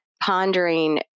pondering